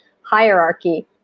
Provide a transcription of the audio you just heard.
hierarchy